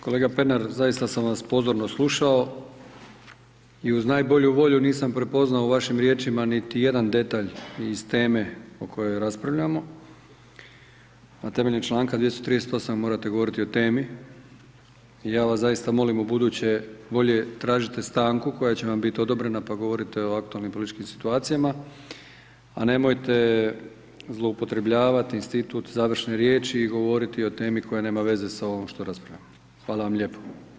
Kolega Pernar, zaista sam vas pozorno slušao, i uz najbolju volju nisam prepoznao vašim riječima niti jedan detalj iz teme o kojoj raspravljamo a temeljem članka 238. morate govoriti o temi i ja vas zaista molim ubuduće bolje tražite stanku koja će vam biti odobrena pa govorite o aktualnim političkim situacijama, a nemojte zloupotrebljavat institut završne riječi i govoriti o temi koja nema veze s ovom što raspravljamo, hvala vam lijepo.